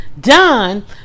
done